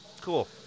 Cool